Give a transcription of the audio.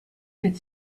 could